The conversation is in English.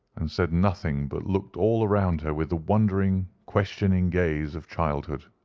and said nothing but looked all round her with the wondering questioning gaze of childhood.